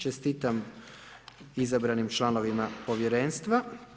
Čestitam izabranim članovima Povjerenstva.